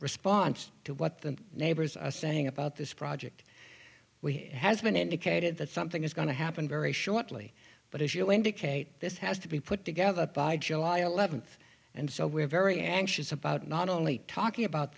response to what the neighbors are saying about this project has been indicated that something is going to happen very shortly but as you indicate this has to be put together by july eleventh and so we're very anxious about not only talking about